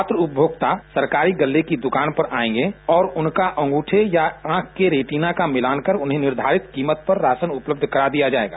पात्र उपभोक्ता सरकारी गल्ले की दुकान पर आयेंगे और अंगूठे या आंख की रेटिना के मिलान कर उन्हें निर्धारित कीमत पर राशन उपलब्ध करा दिया जायेगा